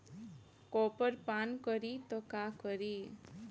Copper पान करी त का करी?